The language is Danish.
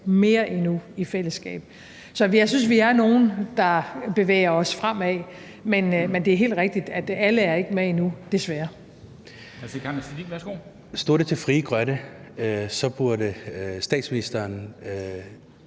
mere endnu i fællesskab. Så jeg synes, vi er nogle, der bevæger os fremad, men det er helt rigtigt, at alle ikke er med endnu – desværre. Kl. 14:27 Formanden (Henrik Dam Kristensen):